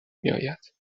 میآید